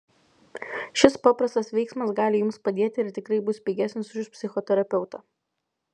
šis paprastas veiksmas gali jums padėti ir tikrai bus pigesnis už psichoterapeutą